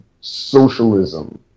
socialism